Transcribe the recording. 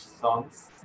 songs